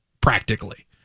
practically